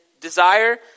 desire